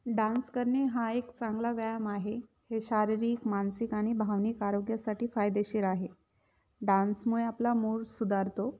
dance करणे हा एक चांगला व्यायाम आहे हे शारीरिक मानसिक आणि भावनिक आरोग्यासाठी फायदेशीर आहे डान्समुळे आपला मूड सुधारतो